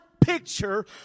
picture